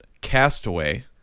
Castaway